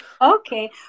Okay